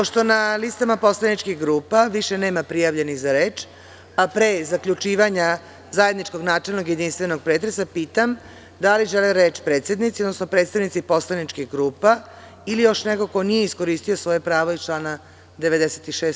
Pošto na listama poslaničkih grupa više nema prijavljenih za reč, pre zaključivanja zajedničkog načelnog i jedinstvenog pretresa, pitam da li žele reč predsednici, odnosno predstavnici poslaničkih grupa ili još neko ko nije iskoristio svoje pravo iz člana 96.